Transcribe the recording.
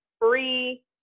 free